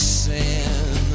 sin